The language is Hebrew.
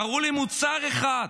תראו לי מוצר אחד,